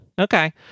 Okay